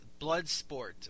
Bloodsport